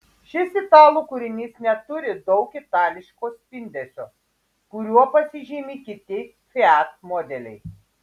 šis italų kūrinys neturi daug itališko spindesio kuriuo pasižymi kiti fiat modeliai